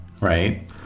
right